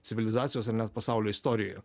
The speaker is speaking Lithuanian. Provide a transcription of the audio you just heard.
civilizacijos ar net pasaulio istorijoje